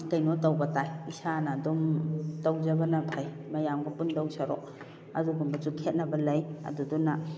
ꯀꯩꯅꯣ ꯇꯧꯕ ꯇꯥꯏ ꯏꯁꯥꯅ ꯑꯗꯨꯝ ꯇꯧꯖꯕꯅ ꯐꯩ ꯃꯌꯥꯝꯒ ꯄꯨꯟꯗꯧ ꯁꯔꯨꯛ ꯑꯗꯨꯒꯨꯝꯕꯁꯨ ꯈꯦꯠꯅꯕ ꯂꯩ ꯑꯗꯨꯗꯨꯅ